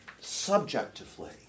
subjectively